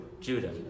Judah